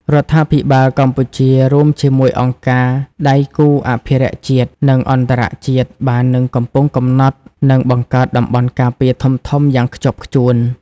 រដ្ឋាភិបាលកម្ពុជា រួមជាមួយអង្គការដៃគូអភិរក្សជាតិ និងអន្តរជាតិ បាននិងកំពុងកំណត់ និង បង្កើតតំបន់ការពារធំៗ យ៉ាងខ្ជាប់ខ្ជួន។